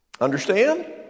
Understand